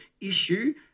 issue